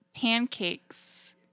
pancakes